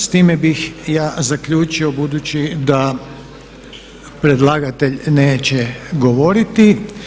S time bih ja zaključio budući da predlagatelj neće govoriti.